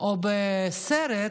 או בסרט,